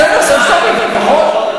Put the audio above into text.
סוף-סוף, נכון.